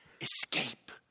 escape